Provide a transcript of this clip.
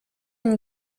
une